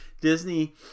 Disney